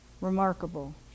remarkable